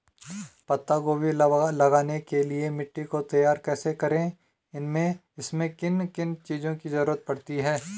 पत्ता गोभी लगाने के लिए मिट्टी को तैयार कैसे करें इसमें किन किन चीज़ों की जरूरत पड़ती है?